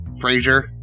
Frasier